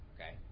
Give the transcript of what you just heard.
Okay